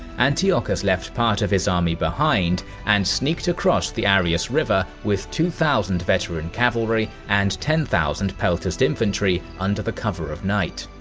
antiochus left part of his army behind, and sneaked across the arius river with two thousand veteran cavalry, and ten thousand peltast infantry under the cover of night.